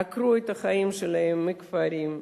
עקרו את החיים שלהם מכפרים,